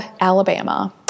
Alabama